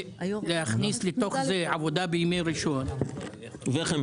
להכניס לתוך זה עבודה בימי ראשון וחמישי,